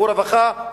הוא רווחה,